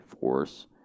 force